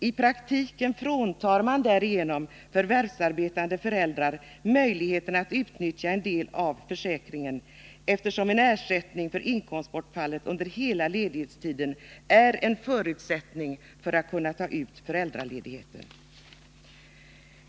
I praktiken fråntar man därigenom förvärvsarbetande föräldrar möjligheten att utnyttja en del av försäkringen, eftersom en ersättning för inkomstbortfallet under hela ledighetstiden är en förutsättning för att kunna ta ut föräldraledigheten.